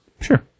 Sure